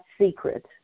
secret